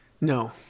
No